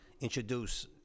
introduce